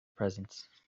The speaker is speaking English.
presence